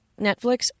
Netflix